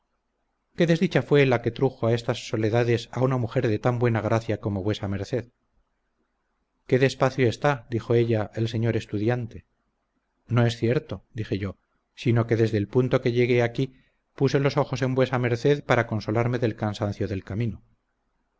qué desdicha fue la que trujo a estas soledades a una mujer de tan buena gracia como vuesa merced qué despacio está dijo ella el señor estudiante no es cierto dije yo sino que desde el punto que llegué aquí puse los ojos en vuesa merced para consolarme del cansancio del camino